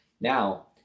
Now